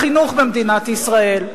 על החינוך במדינת ישראל.